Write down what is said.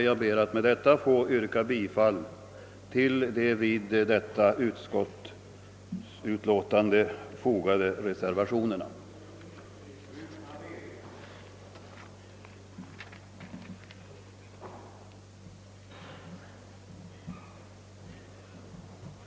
Jag ber att med detta få yrka bifall till den vid detta utskottsutlåtande fogade reservationen 1.